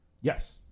Yes